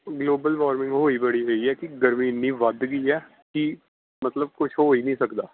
global warming ਹੋਈ ਬੜੀ ਪਈ ਹੈ ਕਿ ਗਰਮੀ ਇੰਨੀ ਵੱਧ ਗਈ ਹੈ ਕਿ ਮਤਲਬ ਕੁਛ ਹੋ ਹੀ ਨਹੀਂ ਸਕਦਾ